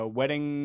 wedding